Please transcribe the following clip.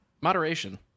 moderation